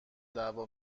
دعوا